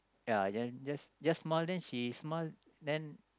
ya then just just smile then she smile then